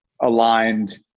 aligned